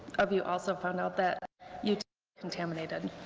of you also found out that you contaminated.